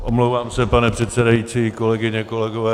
Omlouvám se, pane předsedající, kolegyně, kolegové.